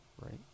right